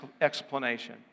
explanation